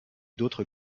d’autres